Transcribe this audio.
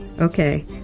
Okay